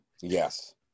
Yes